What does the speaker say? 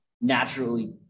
naturally